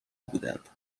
بودند